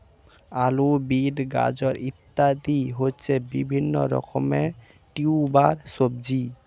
আলু, বিট, গাজর ইত্যাদি হচ্ছে বিভিন্ন রকমের টিউবার সবজি